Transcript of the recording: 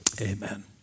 Amen